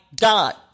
God